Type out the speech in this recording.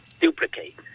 duplicate